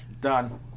Done